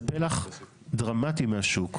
זה פלח דרמטי מהשוק.